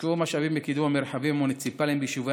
יושקעו משאבים לקידום המרחבים המוניציפליים ביישובי